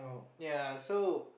ya so